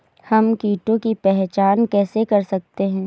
हम कीटों की पहचान कैसे कर सकते हैं?